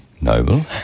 noble